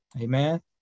Amen